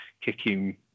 Kicking